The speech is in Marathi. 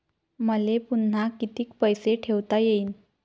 मले पुन्हा कितीक पैसे ठेवता येईन?